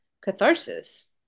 catharsis